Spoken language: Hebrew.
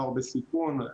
נוער בסיכון.